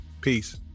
Peace